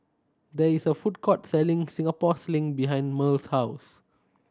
there is a food court selling Singapore Sling behind Merle's house